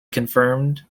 confirmed